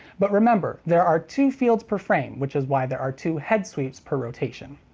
but remember, there are two fields per frame, which is why there are two head sweeps per rotation.